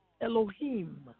Elohim